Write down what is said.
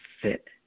fit